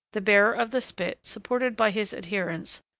the bearer of the spit, supported by his adherents,